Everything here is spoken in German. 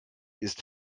ist